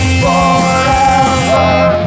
forever